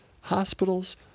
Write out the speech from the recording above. hospitals